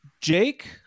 jake